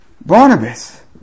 Barnabas